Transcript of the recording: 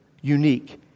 unique